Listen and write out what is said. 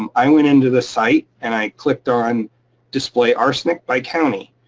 um i went into the site and i clicked on display arsenic by county.